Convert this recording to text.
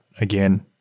again